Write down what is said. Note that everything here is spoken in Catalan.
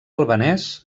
albanès